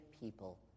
people